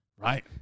Right